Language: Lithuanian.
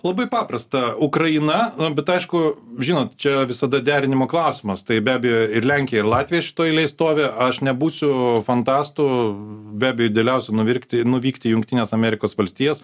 labai paprasta ukraina bet aišku žinot čia visada derinimo klausimas tai be abejo ir lenkija ir latvija šitoj eilėj stovi aš nebūsiu fantastu be abejo idealiausiu nuvilkti nuvykti į jungtines amerikos valstijas